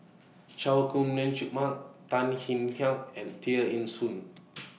Chay Jung Jun Mark Tan Kek Hiang and Tear Ee Soon